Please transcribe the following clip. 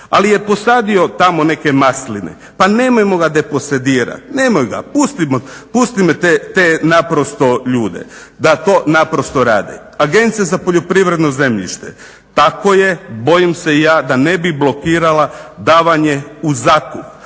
ali je posadio tamo neke masline, pa nemojmo ga deposedirati, nemoj ga, pustimo te naprosto ljude da to naprosto rade. Agencija za poljoprivredno zemljište, tako je, bojim se i ja da ne bi blokirala davanje u zakup